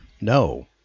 No